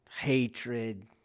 Hatred